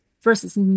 versus